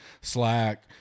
Slack